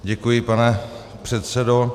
Děkuji, pane předsedo.